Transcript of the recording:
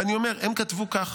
ואני אומר, הם כתבו כך: